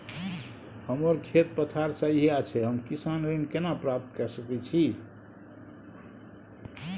हमर खेत पथार सझिया छै हम किसान ऋण केना प्राप्त के सकै छी?